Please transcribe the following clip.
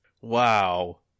Wow